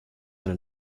eine